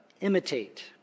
imitate